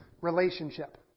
relationship